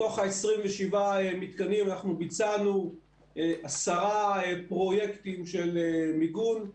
מתוך ה-27 מתקנים אנחנו ביצענו עשרה פרויקטים של מיגון,